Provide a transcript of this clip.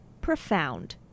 Profound